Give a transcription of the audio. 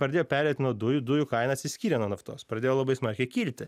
padėjo pereit nuo dujų dujų kaina atsiskyrė nuo naftos pradėjo labai smarkiai kilti